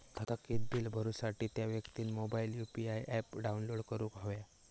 थकीत बील भरुसाठी त्या व्यक्तिन मोबाईलात यु.पी.आय ऍप डाउनलोड करूक हव्या